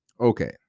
okay